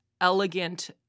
elegant